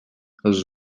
els